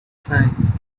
science